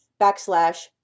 backslash